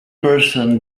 percent